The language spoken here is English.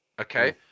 okay